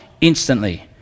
instantly